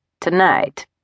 Tonight